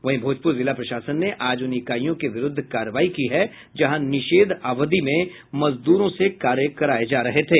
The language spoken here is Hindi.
वहीं भोजपुर जिला प्रशासन ने आज उन इकाईयों के विरूद्ध कार्रवाई की है जहां निषेध अवधि में मजदूरों से कार्य कराये जा रहे थे